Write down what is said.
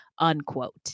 unquote